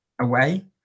away